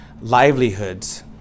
livelihoods